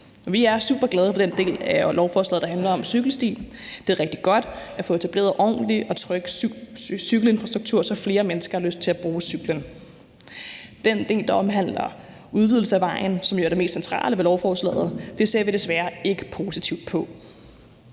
Vi er super glade for den del af lovforslaget, der handler om cykelstien. Det er rigtig godt at få leveret en ordentlig og tryg cykelinfrastruktur, så flere mennesker har lyst til at bruge cyklen. Den del, der omhandler en udvidelse af vejen, som jo er det mest centrale i lovforslaget, ser vi desværre ikke positivt på.